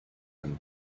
and